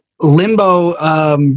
Limbo